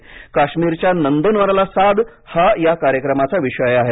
काश्मीरच्या नंदनवनाला साद हा या कार्यक्रमाचा विषय आहे